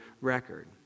record